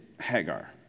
Hagar